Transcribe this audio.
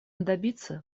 добиться